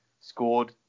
scored